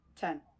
Ten